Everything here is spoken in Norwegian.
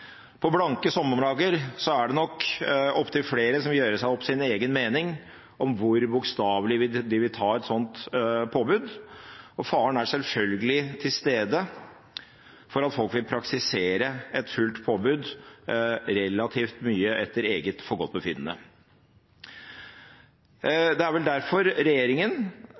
På blanke sommerdager er det nok opptil flere som vil gjøre seg opp sin egen mening om hvor bokstavelig de vil ta et slikt påbud, og faren er selvfølgelig til stede for at folk vil praktisere et fullt påbud relativt mye etter eget forgodtbefinnende. Det er vel derfor regjeringen